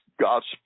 God's